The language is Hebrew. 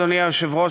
אדוני היושב-ראש,